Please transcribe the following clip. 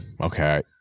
Okay